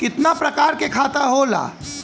कितना प्रकार के खाता होला?